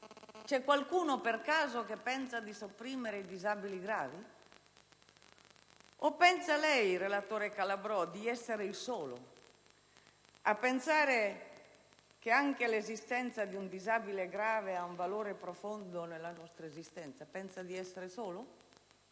C'è per caso qualcuno che pensa di sopprimere i disabili gravi? O pensa lei, relatore Calabrò, di essere il solo a pensare che anche l'esistenza di un disabile grave ha un valore profondo nella nostra esistenza? Pensa di essere il solo?